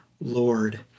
Lord